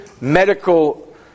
medical